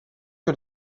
que